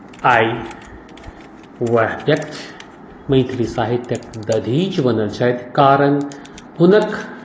आइ उएह व्यक्ति मैथिली साहित्यक दधीचि बनल छथि कारण हुनक